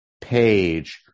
page